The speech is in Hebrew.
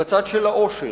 בצד של העושר,